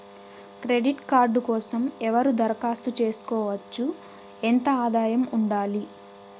Credit card కోసం ఎవరు దరఖాస్తు చేసుకోవచ్చు? ఎంత ఆదాయం ఉండాలి?